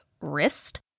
wrist